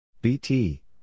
BT